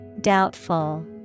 Doubtful